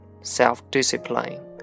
Self-discipline